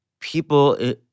people